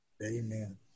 Amen